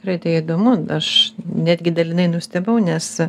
gerai tai įdomu aš netgi dalinai nustebau nes